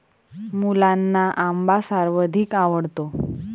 मुलांना आंबा सर्वाधिक आवडतो